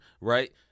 right